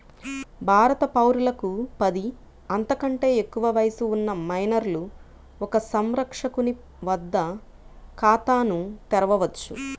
భారత పౌరులకు పది, అంతకంటే ఎక్కువ వయస్సు ఉన్న మైనర్లు ఒక సంరక్షకుని వద్ద ఖాతాను తెరవవచ్చు